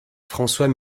françois